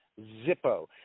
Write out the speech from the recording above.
zippo